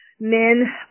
men